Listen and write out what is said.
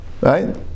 Right